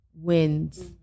wins